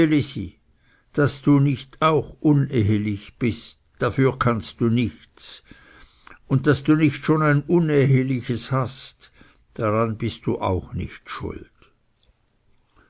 elisi daß du nicht auch unehlich bist dafür kannst du nichts und daß du nicht schon ein unehliches hast daran bist du auch nicht schuld